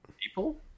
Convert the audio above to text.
people